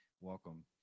welcome